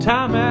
Time